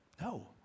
No